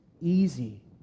easy